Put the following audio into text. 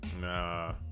Nah